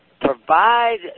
provide